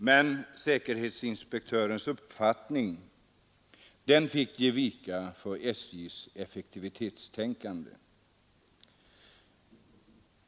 Men säkerhetsinspektörens uppfattning fick ge vika för SJ:s effektivitetstänkande.